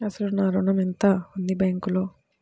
అసలు నా ఋణం ఎంతవుంది బ్యాంక్లో?